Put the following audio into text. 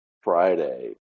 Friday